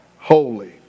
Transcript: Holy